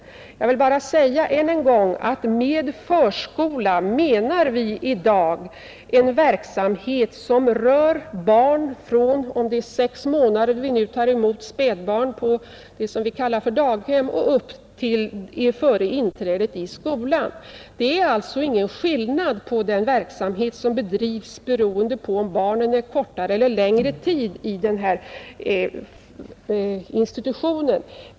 Jag vill än en gång påpeka att vi med förskola i dag menar en verksamhet som rör barn från sex månader — vid vilken ålder spädbarn tas emot på det vi kallar för daghem — och upp till åldern för inträde i skolan. Det finns alltså ingen skillnad i den verksamhet som bedrivs, beroende på om barnen vistas kortare eller längre tid i institutionen.